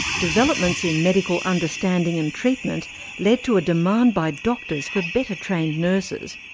developments in medical understanding and treatment led to a demand by doctors for better trained nurses.